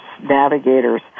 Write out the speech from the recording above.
navigators